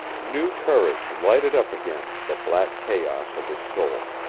new courage lighted up again the black chaos of his soul.